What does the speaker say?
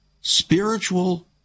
spiritual